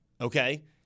okay